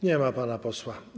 Nie ma pana posła.